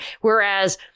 whereas